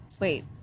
wait